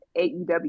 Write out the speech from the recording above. AEW